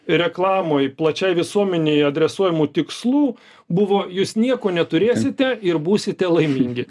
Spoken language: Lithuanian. reklamoj plačiai visuomenėj adresuojamų tikslų buvo jūs nieko neturėsite ir būsite laimingi